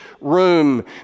room